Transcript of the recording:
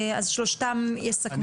אז שלושתם יסכמו.